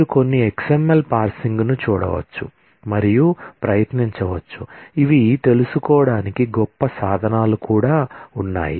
మీరు కొన్ని XML పార్సింగ్ను చూడవచ్చు మరియు ప్రయత్నించవచ్చు ఇవి తెలుసుకోవడానికి గొప్ప సాధనాలు కూడా ఉన్నాయి